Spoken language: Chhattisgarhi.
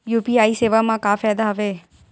यू.पी.आई सेवा मा का फ़ायदा हवे?